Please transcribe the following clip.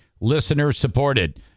listener-supported